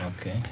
okay